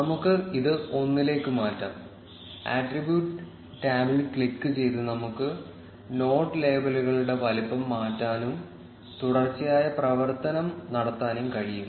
നമുക്ക് ഇത് 1 ലേക്ക് മാറ്റാം ആട്രിബ്യൂട്ട് ടാബിൽ ക്ലിക്കുചെയ്ത് നമുക്ക് നോഡ് ലേബലുകളുടെ വലുപ്പം മാറ്റാനും തുടർച്ചയായ പ്രവർത്തനം നടത്താനും കഴിയും